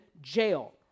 jail